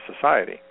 society